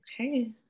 Okay